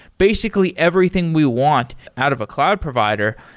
basically, everything we want out of a cloud provider,